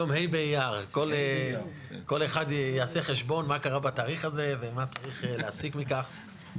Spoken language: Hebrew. כל אחד יעשה חשבון מה קרה בתאריך הזה ומה צריך להסיק מכך.